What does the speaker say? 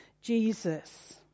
Jesus